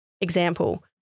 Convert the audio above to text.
example